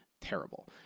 terrible